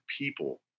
people